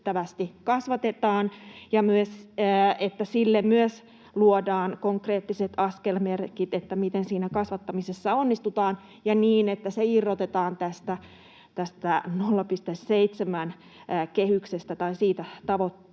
kasvatetaan ja että sille myös luodaan konkreettiset askelmerkit, miten siinä kasvattamisessa onnistutaan, niin että se irrotetaan tästä 0,7:n kehyksestä tai tavoitteesta